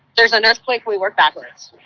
there's an earthquake, we work backwards.